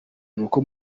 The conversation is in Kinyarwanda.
nuko